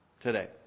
today